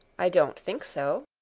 i don't think so.